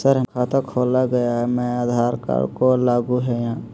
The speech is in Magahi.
सर खाता खोला गया मैं आधार कार्ड को लागू है हां?